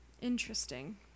Interesting